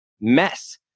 mess